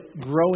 growing